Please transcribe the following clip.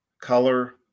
color